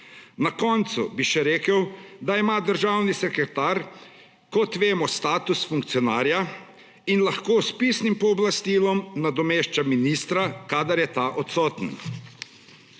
Na koncu bi še rekel, da ima državni sekretar, kot vemo, status funkcionarja in lahko s pisnim pooblastilom nadomešča ministra, kadar je ta odsoten.